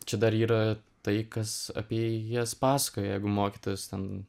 čia dar yra tai kas apie jas pasakoja jeigu mokytojas ten